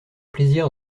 plaisir